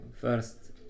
first